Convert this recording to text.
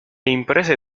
imprese